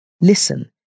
Listen